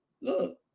look